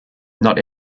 not